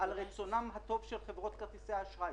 רצונן הטוב של חברות כרטיסי האשראי.